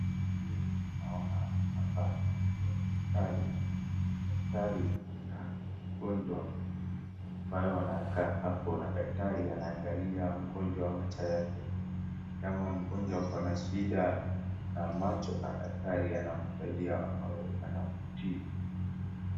Vile naona hapa ni hospitali. Daktari na mgonjwa ambao wanakaa hapo na daktari anaangalia mgonjwa macho yake. Ni kama mgonjwa ako na shida ya macho na daktari anamsaidia au anamtibu.